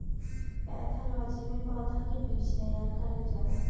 pathology में पौधा के बीज तैयार करल जाला